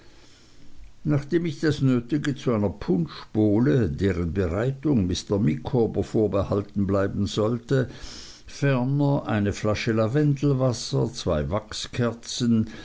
nachdem ich das nötige zu einer punschbowle deren bereitung mr micawber vorbehalten bleiben sollte ferner eine flasche lavendelwasser zwei wachskerzen